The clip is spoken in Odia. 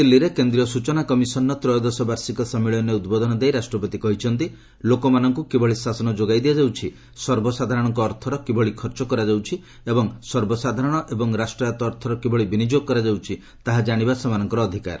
ନୂଆଦିଲ୍ଲୀରେ କେନ୍ଦ୍ରୀୟ ସୂଚନା କମିଶନ୍ ର ତ୍ରୟୋଦଶ ବାର୍ଷିକ ସମ୍ମିଳନୀରେ ଉଦ୍ବୋଧନ ଦେଇ ରାଷ୍ଟ୍ରପତି କହିଛନ୍ତି ଲୋକମାନଙ୍କୁ କିଭଳି ଶାସନ ଯୋଗାଇ ଦିଆଯାଉଛି ସର୍ବସାଧାରଣଙ୍କ ଅର୍ଥର କିଭଳି ଖର୍ଚ୍ଚ କରାଯାଉଛି ଓ ସର୍ବସାଧାରଣ ଏବଂ ରାଷ୍ଟୟତ୍ତ ଅର୍ଥର କିଭଳି ବିନିଯୋଗ କରାଯାଉଛି ତାହା ଜାଣିବା ସେମାନଙ୍କର ଅଧିକାର